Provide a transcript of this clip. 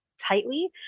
tightly